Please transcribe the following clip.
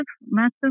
massive